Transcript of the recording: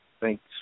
Thanks